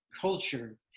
culture